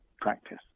practice